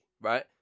right